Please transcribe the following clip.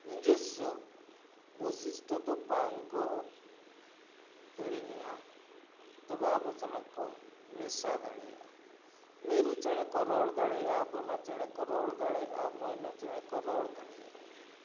ᱱᱤᱡᱮᱥᱥᱳ ᱵᱳᱭᱥᱤᱥᱴᱚ ᱫᱚ ᱵᱟᱝ ᱠᱚ ᱦᱤᱲᱤᱧᱟ ᱛᱚᱵᱮ ᱟᱵᱚ ᱥᱟᱞᱟᱜ ᱠᱚ ᱢᱮᱥᱟ ᱫᱟᱲᱮᱭᱟᱜᱼᱟ ᱢᱤᱨᱩ ᱪᱮᱬᱮ ᱠᱚ ᱨᱚᱲ ᱫᱟᱲᱮᱭᱟᱜᱼᱟ ᱵᱚᱱᱟ ᱪᱮᱬᱮ ᱠᱚ ᱨᱚᱲ ᱫᱟᱲᱮᱭᱟᱜᱼᱟ ᱢᱚᱭᱱᱟ ᱪᱮᱬᱮ ᱠᱚ ᱨᱚᱲ ᱫᱟᱲᱮᱭᱟᱜᱼᱟ